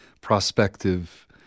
prospective